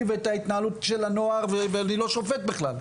ואת ההתנהלות של הנוער ואני לא שופט בכלל.